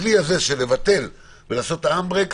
הכלי הזה של לבטל ולעשות את ה-hand-brakes